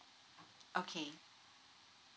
okay